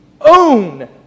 own